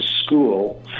school